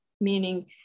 meaning